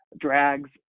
drags